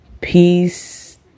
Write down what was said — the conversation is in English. peace